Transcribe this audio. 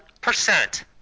percent